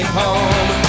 home